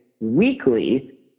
weekly